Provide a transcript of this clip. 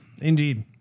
Indeed